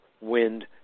wind